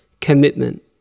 commitment